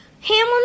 Hamlin